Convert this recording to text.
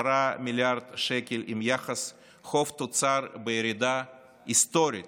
מיליארד שקל עם יחס חוב תוצר בירידה היסטורית.